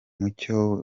mucyo